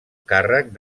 càrrec